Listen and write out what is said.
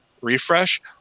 refresh